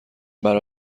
برا